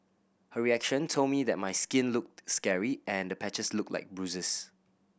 her reaction told me that my skin looked scary and the patches looked like bruises